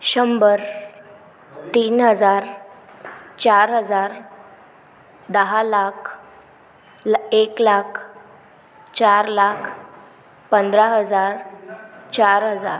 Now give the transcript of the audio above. शंभर तीन हजार चार हजार दहा लाख एक लाख चार लाख पंधरा हजार चार हजार